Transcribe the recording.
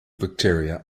bacteria